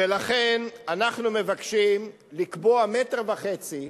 ולכן אנחנו מבקשים לקבוע 1.5 מטר,